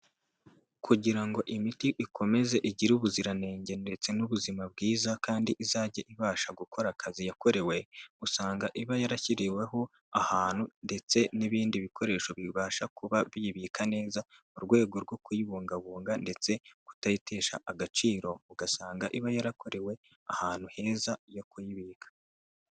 Kugira ngo imiti ikomeze igire ubuziranenge ndetse n'ubuzima bwiza kandi izajye ibasha gukora akazi yakorewe, usanga iba yarashyiriweho ahantu ndetse n'ibindi bikoresho bibasha kuba biyibika neza mu rwego rwo kuyibungabunga ndetse kutayitesha agaciro ugasanga iba yarakorewe ahantu heza yo kuyibika.